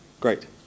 Great